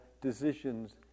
decisions